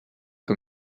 que